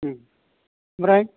उम आमफ्राय